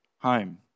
home